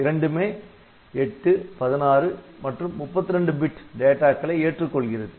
இரண்டுமே 8 16 மற்றும் 32 பிட் டேட்டாக்களை ஏற்றுக்கொள்கிறது